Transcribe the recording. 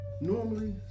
normally